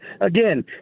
Again